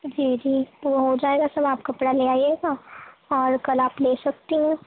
جی جی وہ ہو جائے گا سر آپ کپڑا لے آئیے گا اور کل آپ لے سکتے ہیں